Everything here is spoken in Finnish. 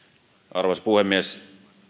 arvoisa puhemies